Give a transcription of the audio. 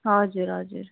हजुर हजुर